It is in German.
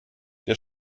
der